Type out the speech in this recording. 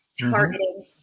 targeting